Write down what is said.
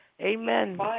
Amen